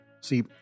See